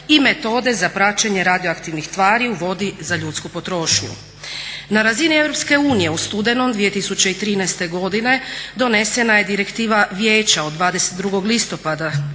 i metode za praćenje radioaktivnih tvari u vodi za ljudsku potrošnju. Na razini EU u studenom 2013.godine donesena je Direktiva Vijeća od 22.listopada